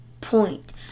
point